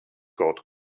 kaut